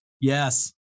Yes